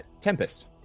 Tempest